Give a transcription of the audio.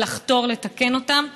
ולחתור לתקן אותם.